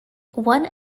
one